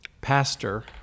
pastor